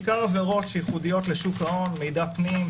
בעיקר עבירות שייחודיות לשוק ההון מידע פנים,